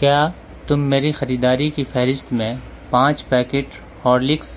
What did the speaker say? کیا تم میری خریداری کی فہرست میں پانچ پیکٹ ہارلکس